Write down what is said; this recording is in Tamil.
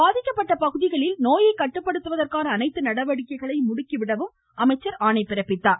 பாதிக்கப்பட்ட பகுதிகளில் நோயை கட்டுப்படுத்துவதற்கான அனைத்து நடவடிக்கைகளையும் முடுக்கிவிட அவர் ஆணை பிறப்பித்தார்